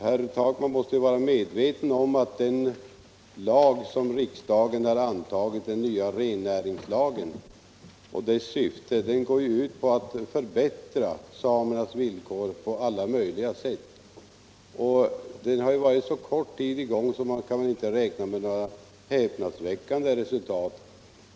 Herr Takman måste vara medveten om att den nya rennäringslagen som riksdagen har antagit går ut på att förbättra samernas villkor på alla möjliga sätt. Den har varit i kraft så kort tid att man inte kan räkna med några stora resultat.